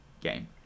game